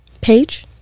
page